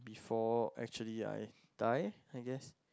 for actually I die I guess